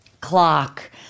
clock